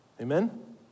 Amen